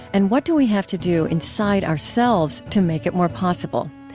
and what do we have to do inside ourselves to make it more possible?